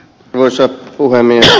arvoisa puhemies